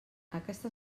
aquesta